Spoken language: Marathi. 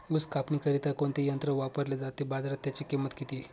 ऊस कापणीकरिता कोणते यंत्र वापरले जाते? बाजारात त्याची किंमत किती?